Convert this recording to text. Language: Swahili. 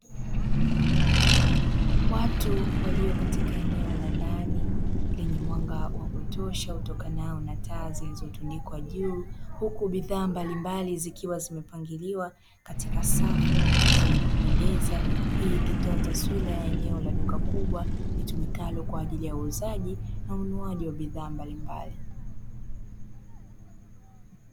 Watu walio katika eneo la ndani lenye mwanga wa kutosha utokanao na taa zilizo tundikwa juu, huku bidhaa mbalimbali zikiwa zimepangiliwa katika safu zenye kupendeza. Hii ikitoa taswira ya eneo la duka kubwa litumikalo kwa ajili ya uuzaji na ununuaji wa bidhaa mbalimbali.